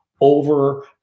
over